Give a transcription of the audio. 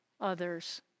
others